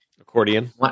accordion